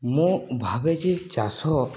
ମୁଁ ଭାବେ ଯେ ଚାଷ